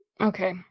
Okay